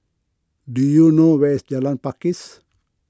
do you know where is Jalan Pakis